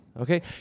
Okay